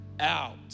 out